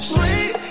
Sweet